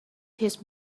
his